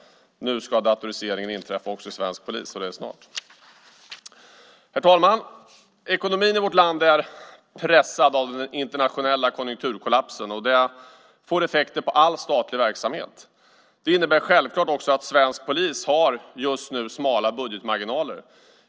Nu ska datoriseringen genomföras också hos svensk polis, och det snart. Herr talman! Ekonomin i vårt land är pressad av den internationella konjunkturkollapsen, och det får effekter på all statlig verksamhet. Det innebär självklart också att svensk polis just nu har smala budgetmarginaler.